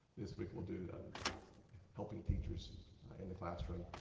this week we'll do helping teachers in the classroom.